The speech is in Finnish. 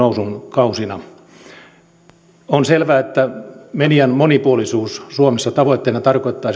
kausina on selvää että median monipuolisuus suomessa tavoitteena tarkoittaa